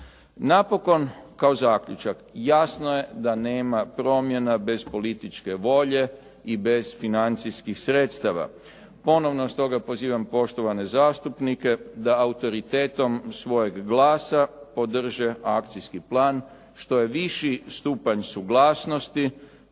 Napokon kao zaključak. Jasno je da nema promjena bez političke volje i bez financijskih sredstava. Ponovno stoga pozivam poštovane zastupnike da autoritetom svojeg glasa podrže akcijski plan što je viši stupanj suglasnosti